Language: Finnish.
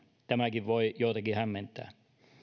tämäkin voi joitakin hämmentää